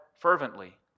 fervently